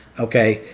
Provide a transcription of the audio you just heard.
okay.